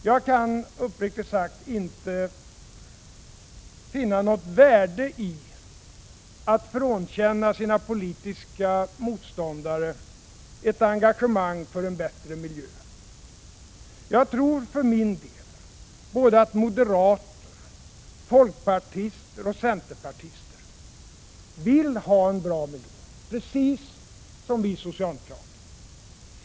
Jag kan, uppriktigt sagt, inte finna något värde i att man frånkänner sina politiska motståndare ett engagemang för en bättre miljö. Jag tror för min del att både moderater, folkpartister och centerpartister vill ha en bra miljö — precis som vi socialdemokrater vill.